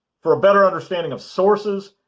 for a better understanding of sources,